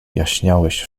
jaśniałeś